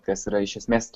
kas yra iš esmės